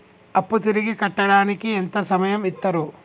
అప్పు తిరిగి కట్టడానికి ఎంత సమయం ఇత్తరు?